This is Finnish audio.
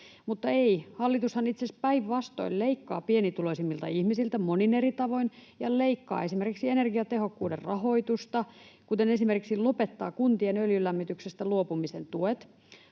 Mutta ei, hallitushan itse asiassa päinvastoin leikkaa pienituloisimmilta ihmisiltä monin eri tavoin ja leikkaa esimerkiksi energiatehokkuuden rahoitusta, kuten lopettaa kuntien öljylämmityksestä luopumisen tuet.